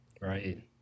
Right